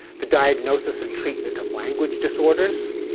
the diagnosis and treatment of language disorders,